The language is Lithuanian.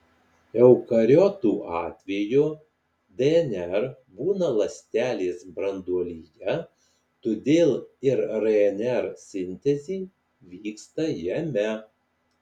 eukariotų atveju dnr būna ląstelės branduolyje todėl ir rnr sintezė vyksta jame